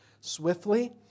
swiftly